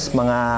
mga